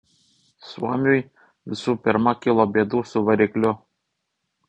suomiui visų pirma kilo bėdų su varikliu